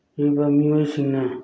ꯍꯩꯕ ꯃꯤꯑꯣꯏꯁꯤꯡꯅ